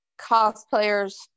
cosplayers